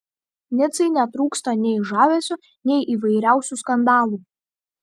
nicai netrūksta nei žavesio nei įvairiausių skandalų